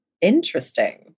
Interesting